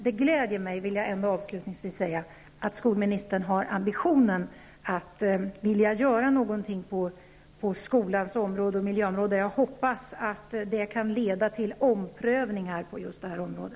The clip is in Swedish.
Det gläder mig, vill jag avslutningsvis säga, att skolministern har ambitionen att vilja göra någonting för miljön på skolområdet. Jag hoppas att det kan leda till omprövningar på just detta område.